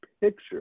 picture